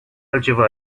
altceva